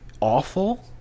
awful